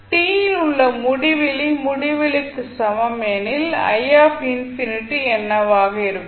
t இல் உள்ள முடிவிலி முடிவிலிக்கு சமம் எனில் என்னவாக இருக்கும்